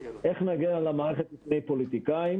איך נגן על המערכת מפני פוליטיקאים?